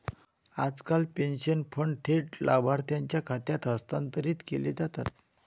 आजकाल pension fund थेट लाभार्थीच्या खात्यात हस्तांतरित केले जातात